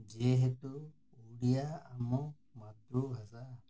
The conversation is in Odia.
ଯେହେତୁ ଓଡ଼ିଆ ଆମ ମାତୃଭାଷା